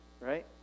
right